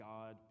God